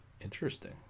Interesting